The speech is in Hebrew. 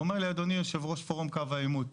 הוא אומר לי 'אדוני יו"ר פורום קו העימות,